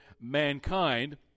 mankind